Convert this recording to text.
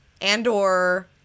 Andor